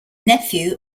nephew